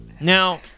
Now